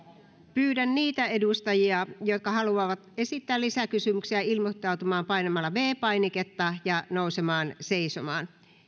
pyydän niitä edustajia jotka haluavat esittää lisäkysymyksiä ilmoittautumaan painamalla viides painiketta ja nousemalla seisomaan